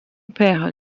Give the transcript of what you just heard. père